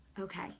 okay